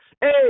hey